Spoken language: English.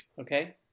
Okay